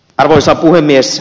arvoisa puhemies